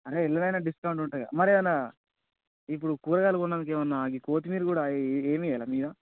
అరే ఎందులోనైనా డిస్కౌంట్ ఉంటుంది కదా మరి ఎలా ఇప్పుడు కూరగాయలు కొన్నందుకు ఏమన్నా ఈ కొత్తిమీర కూడా ఈ ఏమి ఇవ్వరా ఇక